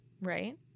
right